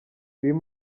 uyu